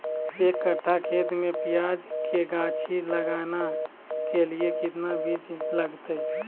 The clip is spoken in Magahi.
एक कट्ठा खेत में प्याज के गाछी लगाना के लिए कितना बिज लगतय?